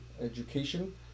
education